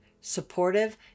supportive